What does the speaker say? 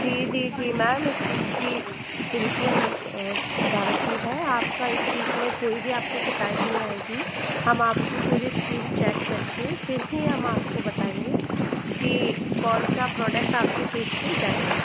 जी जी जी मैम इस चीज़ की बिल्कुल गारंटी है आपका इस चीज़ मैं कोई भी आपको शिकायत नहीं आएगी हम आपकी पूरी स्किन चेक करके फिर ही हम आपको बताएँगे कि कौनसा प्रॉडक्ट आपके फ़ेस पे जाएगा